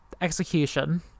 execution